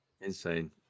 Insane